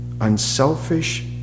unselfish